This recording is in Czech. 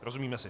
Rozumíme si.